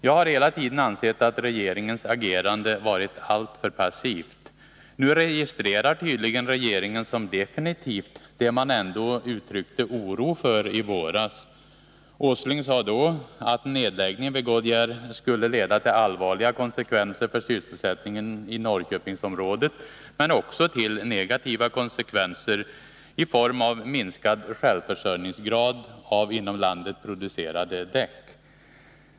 Jag har hela tiden ansett att regeringens agerande varit alltför passivt. Nu registrerar tydligen regeringen som definitivt det man ändå uttryckte oro för i våras. Herr Åsling sade då att en nedläggning vid Goodyear skulle medföra allvarliga konsekvenser för sysselsättningen i Norrköpingsområdet, men också negativa konsekvenser i form av minskad självförsörjningsgrad när det gäller inom landet producerade däck.